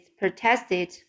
protested